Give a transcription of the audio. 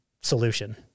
solution